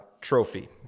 trophy